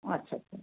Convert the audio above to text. আচ্ছা আচ্ছা